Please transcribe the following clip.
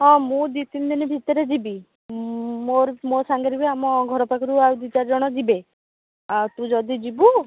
ହଁ ମୁଁ ଦୁଇ ତିନ୍ ଦିନ୍ ଭିତରେ ଯିବି ମୋର ମୋ ସାଙ୍ଗରେ ବି ଆମ ଘର ପାଖରୁ ଆଉ ଦୁଇ ଚାରିଜଣ ଯିବେ ଆଉ ତୁ ଯଦି ଯିବୁ